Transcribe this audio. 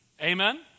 Amen